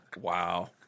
wow